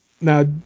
now